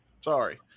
Sorry